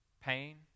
pain